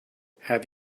have